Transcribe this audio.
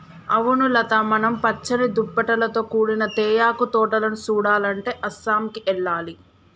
అవును లత మనం పచ్చని దుప్పటాలతో కూడిన తేయాకు తోటలను సుడాలంటే అస్సాంకి ఎల్లాలి